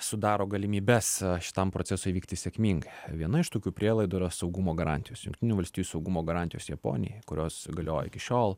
sudaro galimybes šitam procesui vykti sėkmingai viena iš tokių prielaidų yra saugumo garantijos jungtinių valstijų saugumo garantijos japonijai kurios galioja iki šiol